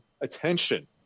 attention